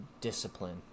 discipline